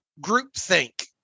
groupthink